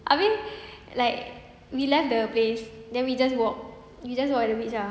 abeh like we left the place then we just walk we just walk at the beach ah